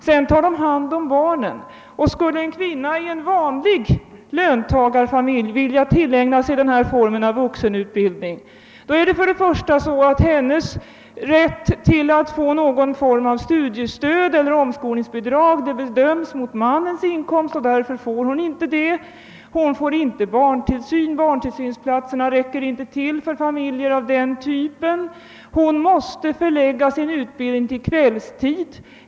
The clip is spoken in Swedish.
Sedan tar de hand om barnen, och om en kvinna i en vanliglöntagarfamilj skulle vilja tillägna sig denna form av vuxenutbildning bedöms hennes rätt att få något slags studiestöd eller omskolningsbidrag mot mannens inkomst. Därför får hon ingen studiehjälp. Hon får inte barntillsyn, eftersom barntillsynsplatserna inte räcker till för familjer av den typen. Hon måste förlägga sin utbildning till kvällstid.